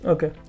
Okay